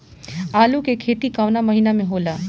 आलू के खेती कवना महीना में होला?